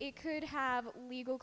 it could have legal